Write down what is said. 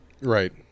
Right